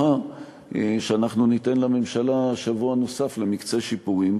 שאנחנו ניתן לממשלה שבוע נוסף למקצה שיפורים,